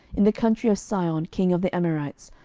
in the country of sihon king of the amorites,